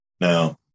now